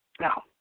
Now